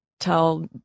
tell